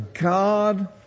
God